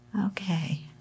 Okay